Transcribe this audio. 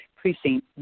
precinct